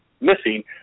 missing